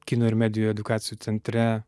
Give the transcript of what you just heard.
kino ir medijų edukacijų centre